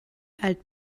alt